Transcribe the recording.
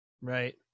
Right